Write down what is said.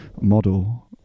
model